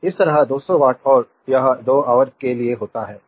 इस तरह 200 वाट और यह 2 ऑवर के लिए होता है